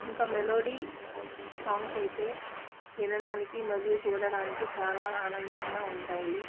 ఇంకా melody songs అయితే వినడానికి మరియు చూడడానికి చాలా ఆనందంగా ఉంటాయి